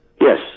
Yes